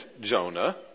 Jonah